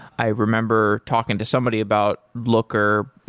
i remember talking to somebody about looker.